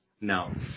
no